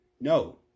No